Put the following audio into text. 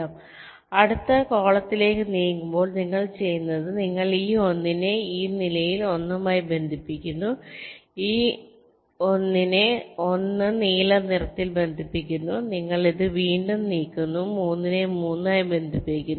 അതിനാൽ അടുത്ത കോളത്തിലേക്ക് നീങ്ങുമ്പോൾ നിങ്ങൾ ചെയ്യുന്നത് നിങ്ങൾ ഈ 1 നെ ഈ നീലയിൽ 1 മായി ബന്ധിപ്പിക്കുന്നു 1 നെ 1 നെ നീല നിറത്തിൽ ബന്ധിപ്പിക്കുന്നു നിങ്ങൾ ഇത് വീണ്ടും നീക്കുന്നു 3 നെ 3 മായി ബന്ധിപ്പിക്കുന്നു